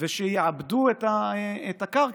ושיעבדו את הקרקע,